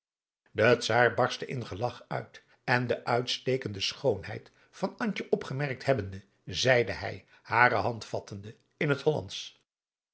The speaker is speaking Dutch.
de czaar barstte in gelach uit en de uitstekende schoonheid van antje opgemerkt hebbende zeiden hij hare hand vattende in het hollandsch